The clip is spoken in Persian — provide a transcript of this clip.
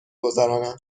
گذرانم